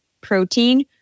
protein